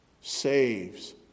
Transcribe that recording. saves